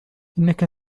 إنك